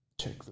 Check